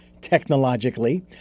technologically